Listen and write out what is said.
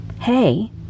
Hey